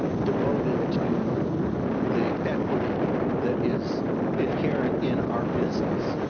devoted to the equity that is inherent in our business.